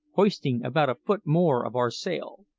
hoisting about a foot more of our sail.